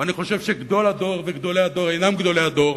ואני חושב שגדול הדור וגדולי הדור אינם גדולי הדור,